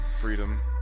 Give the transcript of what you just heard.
freedom